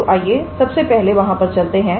तो आइए सबसे पहले वहां पर चलते हैं